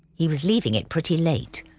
he was leaving it pretty late.